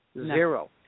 Zero